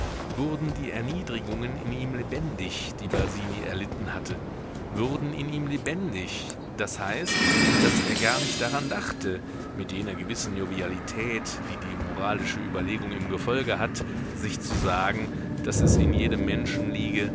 wurden die erniedrigungen in ihm lebendig die basini erlitten hatte wurden in ihm lebendig das heißt daß er gar nicht daran dachte mit jener gewissen jovialität die die moralische überlegung im gefolge hat sich zu sagen daß es in jedem menschen liege